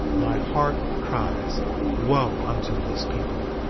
my heart cries wo unto this people.